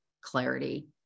clarity